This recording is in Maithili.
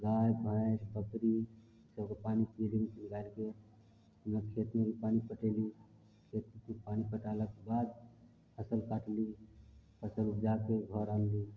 गाय भैंस बकरी सबकेँ पानि पिएली राखिके खेतमे पानि पटेली खेतमे पानि पटेलाके बाद फसल काटली फसल उपजाके घर आनली